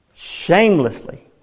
Shamelessly